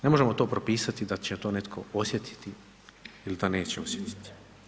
Ne možemo to propisati da će to netko osjetiti ili da neće osjetiti.